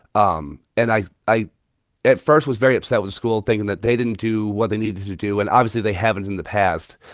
um and i, at first, was very upset with school, thinking that they didn't do what they needed to do. and obviously, they haven't in the past.